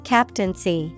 Captaincy